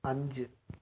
അഞ്ച്